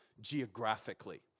geographically